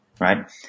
Right